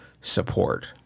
support